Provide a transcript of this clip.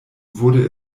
wurde